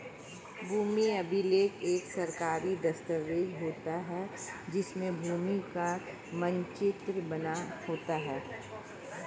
भूमि अभिलेख एक सरकारी दस्तावेज होता है जिसमें भूमि का मानचित्र बना होता है